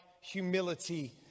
humility